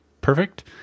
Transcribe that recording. perfect